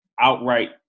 outright